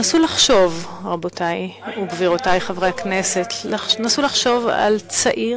נסו לחשוב, רבותי וגבירותי חברי הכנסת, על צעיר